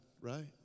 right